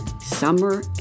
summer